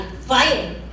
fighting